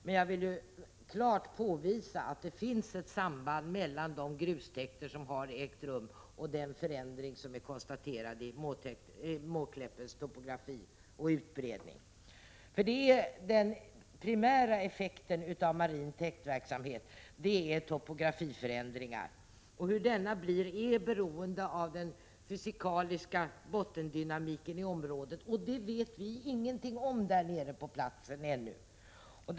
Men jag vill klart påvisa att det finns ett samband mellan de grustäkter som ägt rum och den förändring som konstaterats när det gäller Måkläppens topografi och utbredning. Den primära effekten av marin täktverksamhet är ju topografiförändringar. Hur bestående dessa blir beror på den fysikaliska bottendynamiken i området, och sådant vet vi där nere på platsen ännu ingenting om.